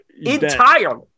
entirely